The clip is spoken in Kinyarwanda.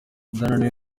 ndananiwe